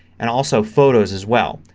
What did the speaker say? and also photos as well.